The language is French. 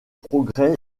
progrès